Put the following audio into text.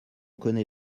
connaît